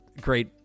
great